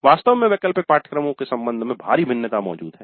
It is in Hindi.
वास्तव में वैकल्पिक पाठ्यक्रमों के संबंध में भारी भिन्नता मौजूद है